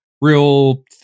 real